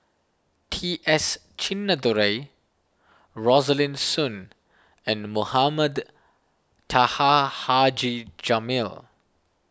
T S Sinnathuray Rosaline Soon and Mohamed Taha Haji Jamil